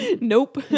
Nope